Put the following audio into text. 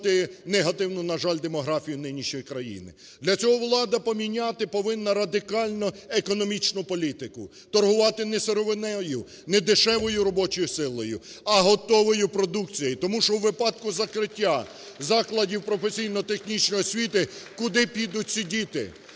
негативну, на жаль, демографію нинішню в країні. Для цього влада поміняти повинна радикально економічну політику, торгувати не сировиною, не дешевою робочою силою, а готовою продукцією. Тому що у випадку закриття закладів професійно-технічної освіти куди підуть ці діти?